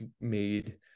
made